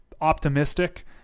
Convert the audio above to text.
optimistic